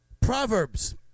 Proverbs